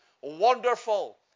wonderful